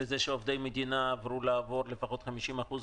לזה שלפחות 50% מעובדי המדינה עברו לעבוד מהבית,